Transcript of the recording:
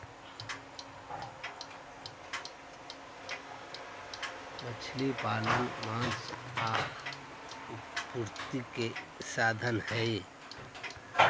मछली पालन मांस आपूर्ति के साधन हई